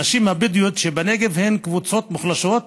הנשים הבדואיות בנגב הן קבוצה מוחלשת